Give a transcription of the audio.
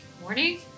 morning